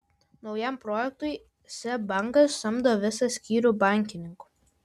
naujam projektui seb bankas samdo visą skyrių bankininkų